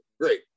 great